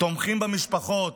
תומכים במשפחות,